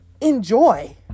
enjoy